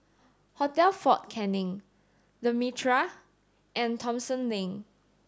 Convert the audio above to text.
Hotel Fort Canning The Mitraa and Thomson Lane